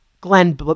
Glenn